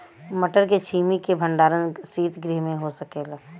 मटर के छेमी के भंडारन सितगृह में हो सकेला?